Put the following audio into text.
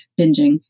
binging